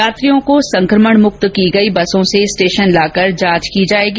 यात्रियों को संक्रमण मुक्त की गई बसों से स्टेशन लाकर जांच की जाएगी